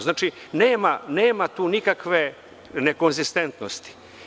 Znači, nema tu nikakve nekonzistentnosti.